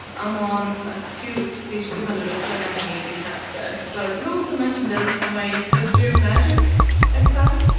i'm on page two hundred i feel like i maybe have said but i don't know if i mentioned that it's for my history of magic exam.